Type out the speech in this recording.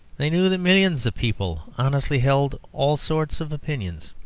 they knew that millions of people honestly held all sorts of opinions.